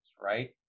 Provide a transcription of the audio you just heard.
right